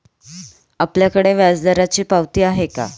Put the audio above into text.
आपल्याकडे व्याजदराची पावती आहे का?